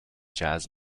jazz